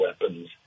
weapons